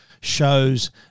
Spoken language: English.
shows